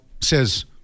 says